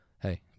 hey